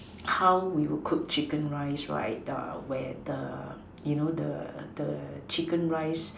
how would you cook chicken rice right the where the you know the the chicken rice